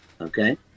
okay